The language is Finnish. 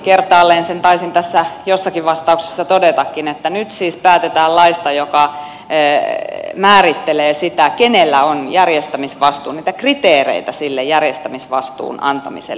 kertaalleen sen taisin tässä jossakin vastauksessa todetakin että nyt siis päätetään laista joka määrittelee sitä kenellä on järjestämisvastuu niitä kriteereitä sille järjestämisvastuun antamiselle